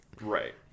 Right